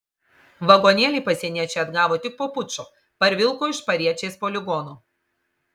vagonėlį pasieniečiai atgavo tik po pučo parvilko iš pariečės poligono